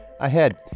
Ahead